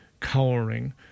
cowering